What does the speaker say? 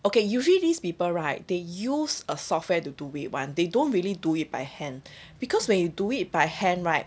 okay usually these people right they use a software to do it one they don't really do it by hand because when you do it by hand right